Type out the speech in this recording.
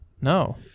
No